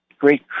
great